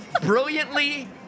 brilliantly